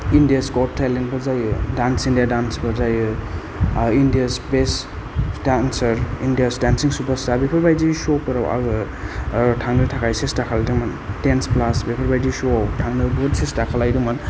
India's got talent बो जायो dance India डान्सफोर जायो India's best dancer India's dancing superstar बेफोरबायदि श'फोराव आङो थांनो थाखाय सेस्था खालायदोंमोन डेन्स प्लास बेफोरबायदि श' आव थांनो बहुद सेस्था खालायदोंमोन